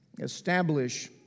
establish